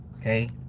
Okay